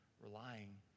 relying